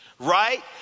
Right